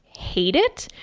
hate it.